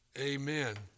Amen